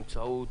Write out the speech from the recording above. בהשתתפות